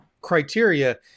criteria